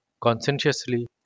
conscientiously